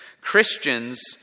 Christians